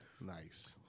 Nice